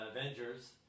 avengers